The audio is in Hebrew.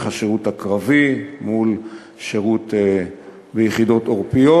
השירות הקרבי מול שירות ביחידות עורפיות